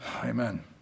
Amen